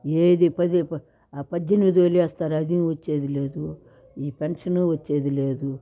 ఏదీ పది ఆ పద్దెనిమిది వేలు వేస్తారు అదీ వచ్చేది లేదు ఈ పెన్షన్ వచ్చేది లేదు